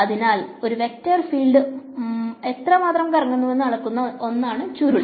അതിനാൽ ഒരു vector field എത്രമാത്രം കറങ്ങുന്നുവെന്ന് അളക്കുന്ന ഒന്നാണ് ചുരുൾ